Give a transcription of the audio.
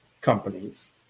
companies